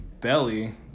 belly